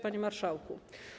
Panie Marszałku!